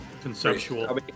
conceptual